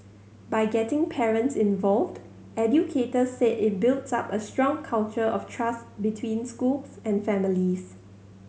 by getting parents involved educators said it builds up a strong culture of trust between schools and families